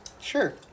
Sure